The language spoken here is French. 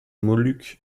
moluques